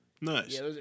nice